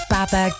Baba